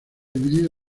dividido